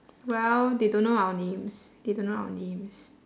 well they don't know our names they don't know our names